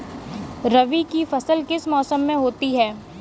रबी की फसल किस मौसम में होती है?